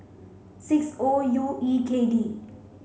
six O U E K D